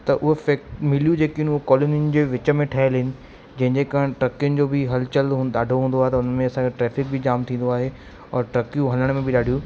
त उहो फैक मिलू जेकियूं आहिनि कॉलौनियुनि जे विच में ठहियल आहिनि जंहिंजे कारण ट्रकियुनि जो बि हलचल हो ॾाढो हूंदो आहे त उन्हनि में असांखे ट्रैफ़िक बि जाम थींदो आहे और ट्रकियूं हलण में बि ॾाढियूं